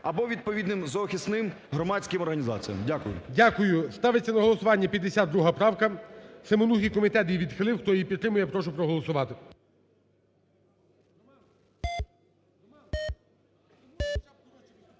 або відповідним зоозахисним громадським організаціям. Дякую. ГОЛОВУЮЧИЙ. Дякую. Ставиться на голосування 52 правка Семенухи, комітет її відхилив. Хто її підтримує, прошу проголосувати.